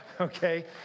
Okay